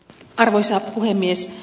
arvoisa puhemies